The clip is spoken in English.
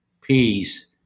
peace